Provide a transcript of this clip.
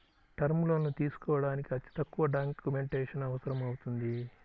term లోన్లు తీసుకోడానికి అతి తక్కువ డాక్యుమెంటేషన్ అవసరమవుతుంది